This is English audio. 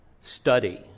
study